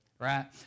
right